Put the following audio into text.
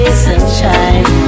sunshine